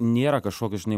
nėra kažkokio žinai